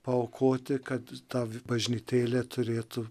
paaukoti kad ta bažnytėlė turėtų